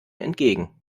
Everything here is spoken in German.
entgegen